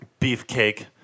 Beefcake